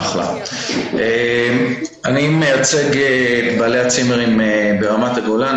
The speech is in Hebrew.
אני מייצג את בעלי הצימרים ברמת הגולן,